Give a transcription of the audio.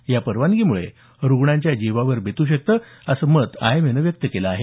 या परवानगी मुळे रुग्णांच्या जीवावर बेतू शकतं असं मत आयएमएन व्यक्त केल आहे